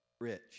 rich